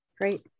Great